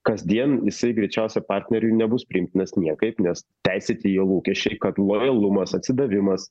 kasdien jisai greičiausia partneriui nebus priimtinas niekaip nes teisėti jo lūkesčiai kad lojalumas atsidavimas